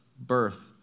birth